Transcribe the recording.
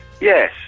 Yes